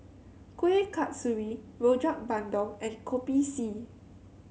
Kuih Kasturi Rojak Bandung and Kopi C